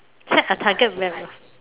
check a target when I